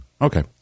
Okay